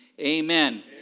Amen